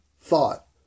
thought